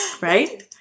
Right